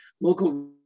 local